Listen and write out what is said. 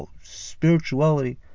spirituality